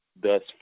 thus